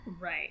Right